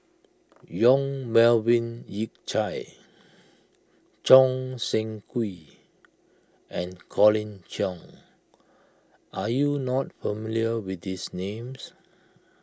Yong Melvin Yik Chye Choo Seng Quee and Colin Cheong are you not familiar with these names